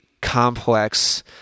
complex